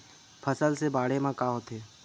फसल से बाढ़े म का होथे?